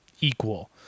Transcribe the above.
equal